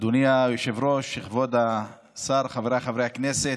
אדוני היושב-ראש, כבוד השר, חבריי חברי הכנסת,